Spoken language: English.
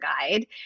guide